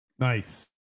Nice